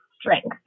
strength